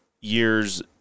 year's